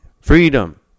Freedom